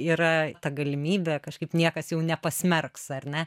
yra ta galimybė kažkaip niekas jau nepasmerks ar ne